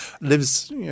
lives